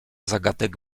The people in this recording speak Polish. zagadek